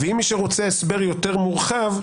ואם מי שרוצה הסבר יותר מורחב,